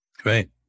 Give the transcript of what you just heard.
Great